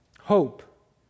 Hope